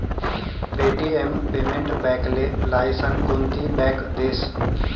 Paytm payment बॅकले licence कोनती bank देस?